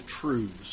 truths